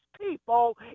people